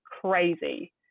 crazy